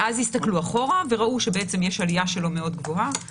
ואז הסתכלו אחורה וראו שיש עלייה מאוד גבוהה שלו.